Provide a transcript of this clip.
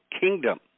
kingdom